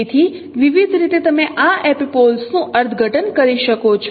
તેથી વિવિધ રીતે તમે આ એપિપોલ્સનું અર્થઘટન કરી શકો છો